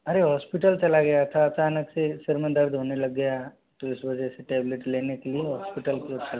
अरे हॉस्पिटल चला गया था अचानक से सिर में दर्द होने लग गया तो इस वजह से टैबलेट लेने के लिए हॉस्पिटल को चला गया